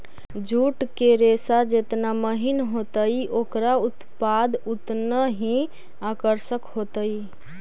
jute के रेशा जेतना महीन होतई, ओकरा उत्पाद उतनऽही आकर्षक होतई